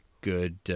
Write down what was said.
good